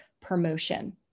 promotion